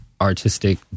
artistic